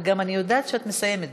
וגם אני יודעת שאת מסיימת בזמן.